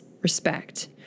respect